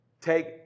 take